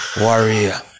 Warrior